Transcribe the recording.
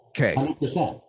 Okay